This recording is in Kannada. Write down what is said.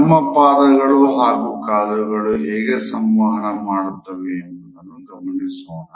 ನಮ್ಮ ಪಾದಗಳು ಹಾಗೂ ಕಾಲುಗಳು ಹೇಗೆ ಸಂವಹನ ಮಾಡುತ್ತವೆ ಎಂಬುದನ್ನು ಗಮನಿಸೋಣ